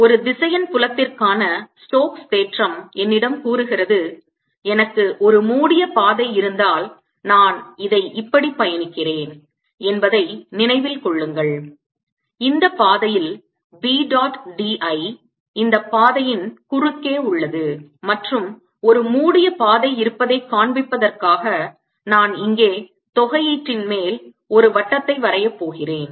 ஒரு திசையன் புலத்திற்கான ஸ்டோக்ஸ் தேற்றம் என்னிடம் கூறுகிறது எனக்கு ஒரு மூடிய பாதை இருந்தால் நான் இதை இப்படி பயணிக்கிறேன் என்பதை நினைவில் கொள்ளுங்கள் இந்த பாதையில் B dot dl இந்தப் பாதையின் குறுக்கே உள்ளது மற்றும் ஒரு மூடிய பாதை இருப்பதைக் காண்பிப்பதற்காக நான் இங்கே தொகையீட்டின்மேல் ஒரு வட்டத்தை வரைய போகிறேன்